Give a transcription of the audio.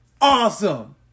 awesome